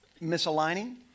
misaligning